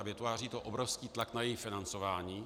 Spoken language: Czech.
Vytváří to obrovský tlak na její financování.